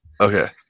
Okay